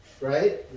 right